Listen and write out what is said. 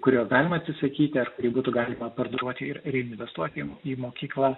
kurio galima atsisakyti ar kurį būtų galima parduoti ir reinvestuoti į mokyklą